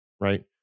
right